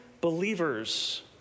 believers